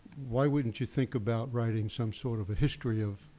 why wouldn't you think about writing some sort of a history of